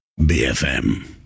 BFM